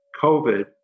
COVID